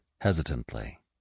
hesitantly